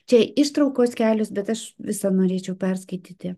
čia ištraukos kelios bet aš visą norėčiau perskaityti